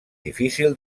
difícil